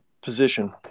position